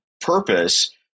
purpose